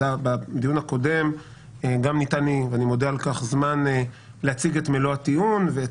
בדיון הקודם ניתן לי זמן להציג את מלוא הטיעון ואני מודה על כך,